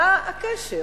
מה הקשר?